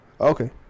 Okay